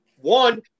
one